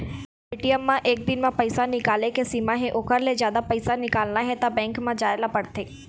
ATM म एक दिन म पइसा निकाले के सीमा हे ओखर ले जादा पइसा निकालना हे त बेंक म जाए ल परथे